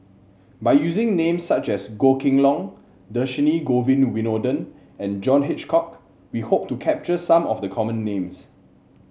by using names such as Goh Kheng Long Dhershini Govin Winodan and John Hitchcock we hope to capture some of the common names